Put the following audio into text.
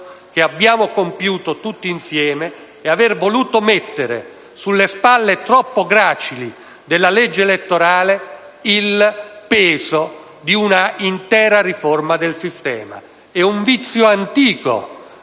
che abbiamo compiuto tutti insieme, è l'aver voluto caricare sulle spalle troppo gracili della legge elettorale il peso di un'intera riforma del sistema. Si tratta di un vizio antico,